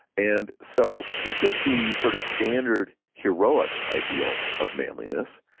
and so this is the sort of standard heroic ideal of manliness.